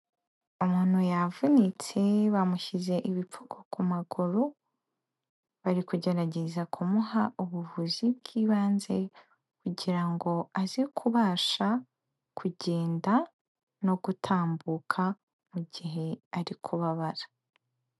Umuntu yavunitse bamushyize ibipfugu ku maguru, bari kugerageza kumuha ubuvuzi bw'ibanze, kugira ngo aze kubasha kugenda no gutambuka mu gihe ari kubabara.